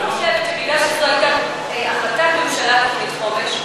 אני חושבת שבגלל שזאת הייתה החלטת ממשלה ותוכנית חומש,